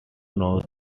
nose